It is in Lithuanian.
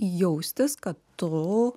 jaustis kad tu